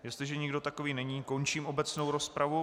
Jestliže nikdo takový není, končím obecnou rozpravu.